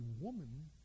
woman